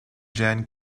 jan